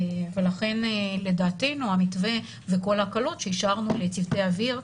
לכן לדעתנו המתווה וכל ההקלות שאישרנו לצוותי אוויר,